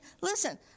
Listen